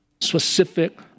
specific